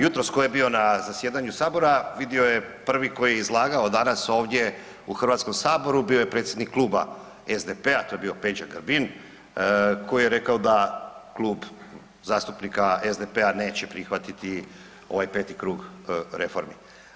Jutros, tko je bio na zasjedanju Sabora, vidio je, prvi koji je izlagao danas ovdje u HS-u, bio je predsjednik Kluba SDP-a, to je bio Peđa Grbin koji je rekao da Klub zastupnika SDP-a neće prihvatiti ovaj 5. krug reformi.